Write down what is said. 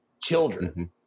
children